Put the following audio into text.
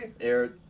Eric